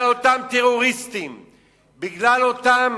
בגלל אותם